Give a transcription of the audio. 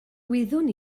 wyddwn